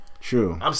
True